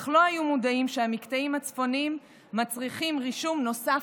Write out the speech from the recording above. אך לא היו מודעים שהמקטעים הצפוניים מצריכים רישום נוסף,